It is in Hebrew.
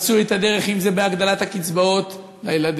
מצאו את הדרך, אם בהגדלת הקצבאות לילדים,